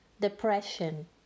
depression